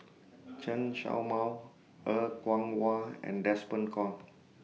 Chen Show Mao Er Kwong Wah and Desmond Kon